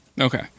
Okay